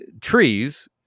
trees